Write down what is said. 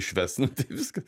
išves nu tai viskas